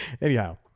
Anyhow